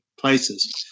places